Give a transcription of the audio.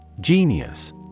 Genius